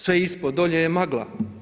Sve ispod dolje je magla.